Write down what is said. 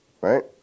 Right